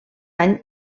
any